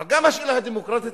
אבל גם השאלה הדמוקרטית,